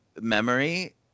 Memory